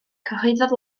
cyhoeddodd